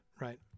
right